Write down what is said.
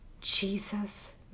Jesus